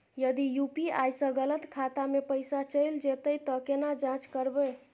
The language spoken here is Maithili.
यदि यु.पी.आई स गलत खाता मे पैसा चैल जेतै त केना जाँच करबे?